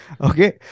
Okay